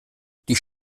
die